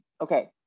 okay